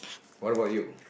what about you